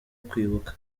kwibuka